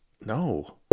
No